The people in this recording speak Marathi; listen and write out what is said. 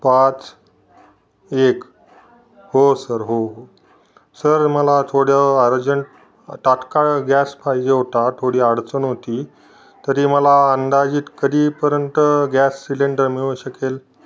पाच एक हो सर हो हो सर मला थोडं अर्जंट तात्काळ गॅस पाहिजे होता थोडी अडचण होती तरी मला अंदाजित कधीपर्यंत गॅस सिलेंडर मिळू शकेल